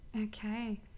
Okay